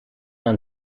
aan